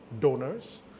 donors